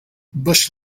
bush